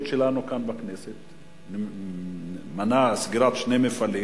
שלנו כאן בכנסת מנעה סגירת שני מפעלים,